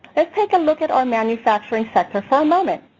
let's take a look at our manufacturing sector for a moment.